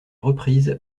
reprise